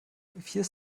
vier